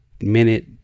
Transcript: minute